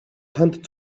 танд